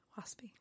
waspy